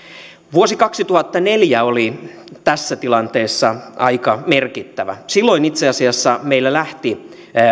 vuosi kaksituhattaneljä oli tässä tilanteessa aika merkittävä silloin itse asiassa meillä lähti